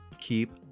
keep